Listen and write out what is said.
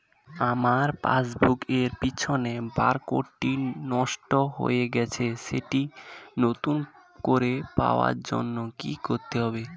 আমার পাসবুক এর পিছনে বারকোডটি নষ্ট হয়ে গেছে সেটি নতুন করে পাওয়ার জন্য কি করতে হবে?